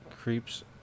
creeps